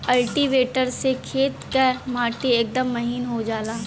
cultivator से खेत क माटी एकदम महीन हो जाला